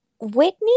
Whitney